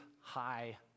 high